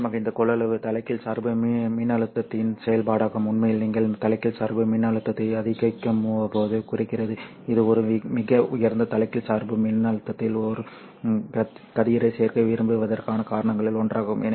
நிச்சயமாக இந்த கொள்ளளவு தலைகீழ் சார்பு மின்னழுத்தத்தின் செயல்பாடாகும் உண்மையில் நீங்கள் தலைகீழ் சார்பு மின்னழுத்தத்தை அதிகரிக்கும்போது குறைக்கிறது இது ஒரு மிக உயர்ந்த தலைகீழ் சார்பு மின்னழுத்தத்தில் ஒரு கதிரை சேர்க்க விரும்புவதற்கான காரணங்களில் ஒன்றாகும்